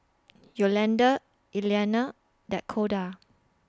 Yolanda Eliana Dakoda